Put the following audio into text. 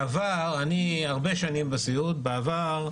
אני הרבה שנים בסיעוד, בעבר,